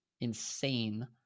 insane